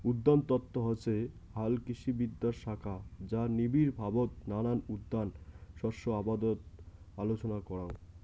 উদ্যানতত্ত্ব হসে হালকৃষিবিদ্যার শাখা যা নিবিড়ভাবত নানান উদ্যান শস্য আবাদত আলোচনা করাং